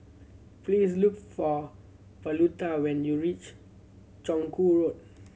please look for Pauletta when you reach Chong Kuo Road